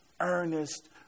earnest